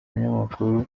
umunyamakuru